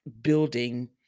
building